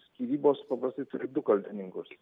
skyrybos paprastai turi du kaltininkus